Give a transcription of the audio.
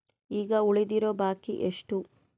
ಈಗ ಉಳಿದಿರೋ ಬಾಕಿ ಎಷ್ಟು?